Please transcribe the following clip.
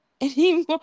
anymore